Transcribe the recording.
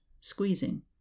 squeezing